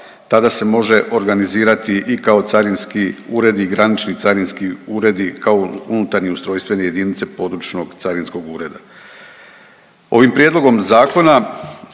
tada se može organizirati i kao carinski uredi i granični carinski uredi kao unutarnje ustrojstvene jedinice područnog carinskog ureda. Ovim prijedlogom zakona